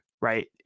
right